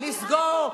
לסגור.